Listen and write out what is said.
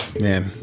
Man